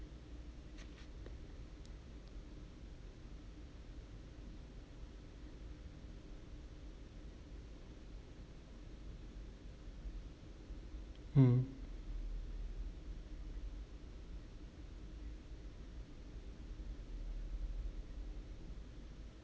mm